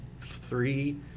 three